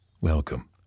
welcome